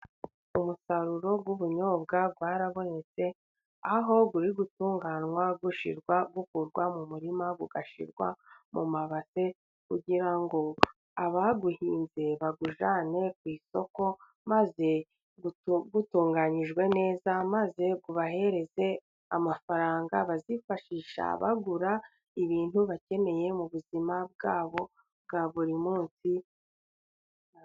Umusaruro w'ubunyobwa warabonetse, aho uri gutunganwa ukurwa mu murima ugashyirwa mu mabase, kugira ngo abawuhinze bawujyane ku isoko, maze butunganyijwe neza maze ubahereze amafaranga bazifashisha, bagura ibintu bakeneye mu buzima bwabo bwa buri munsi.